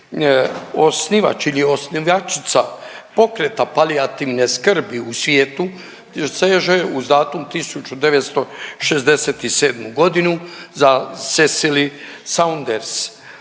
Osnivač ili osnivača pokreta palijativne skrbi u svijetu seže uz datum 1967.g. za Cicely Saunders.